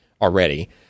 already